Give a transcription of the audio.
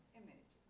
image